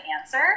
answer